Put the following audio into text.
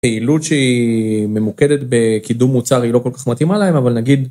פעילות שהיא ממוקדת בקידום מוצר היא לא כל כך מתאימה להם אבל נגיד.